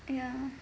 ya